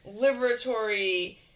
liberatory